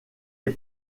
est